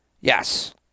Yes